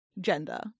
gender